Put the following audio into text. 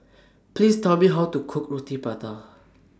Please Tell Me How to Cook Roti Prata